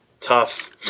tough